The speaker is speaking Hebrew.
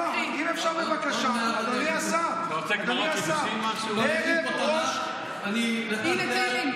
אדוני היושב-ראש, ערב ראש חודש.